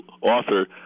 author